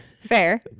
Fair